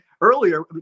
earlier